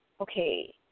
okay